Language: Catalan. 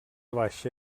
baixa